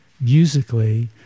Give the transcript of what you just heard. musically